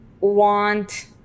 want